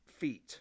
feet